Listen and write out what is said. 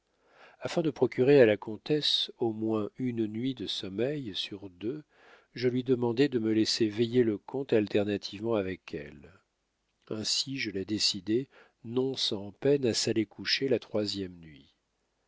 afin de procurer à la comtesse au moins une nuit de sommeil sur deux je lui demandai de me laisser veiller le comte alternativement avec elle ainsi je la décidai non sans peine à s'aller coucher la troisième nuit